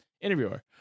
interviewer